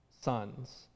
sons